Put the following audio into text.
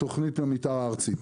את תכנית המתאר הארצית.